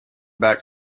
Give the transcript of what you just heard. back